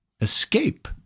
escape